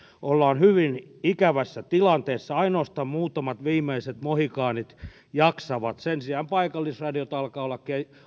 ollaan hyvin ikävässä tilanteessa ainoastaan muutamat viimeiset mohikaanit jaksavat sen sijaan paikallisradiot alkavat olla